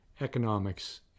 economics